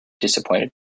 disappointed